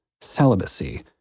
celibacy